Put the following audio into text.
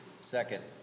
Second